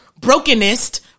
brokenest